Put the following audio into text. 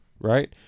Right